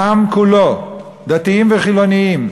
העם כולו, דתיים וחילונים,